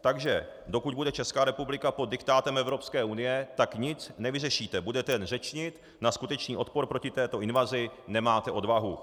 Takže dokud bude Česká republika pod diktátem Evropské unie, tak nic nevyřešíte, budete jen řečnit, na skutečný odpor proti této invazi nemáte odvahu.